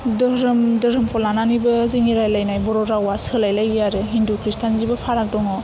धोरोम धोरोमखौ लानानैबो जोंनि रायलायनाय बर' रावा सोलायलायो आरो हिन्दु खृष्टान जेबो फाराग दङ